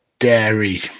dairy